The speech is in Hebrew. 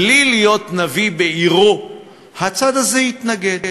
בלי להיות נביא בעירו, הצד הזה יתנגד.